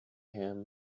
him